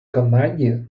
канаді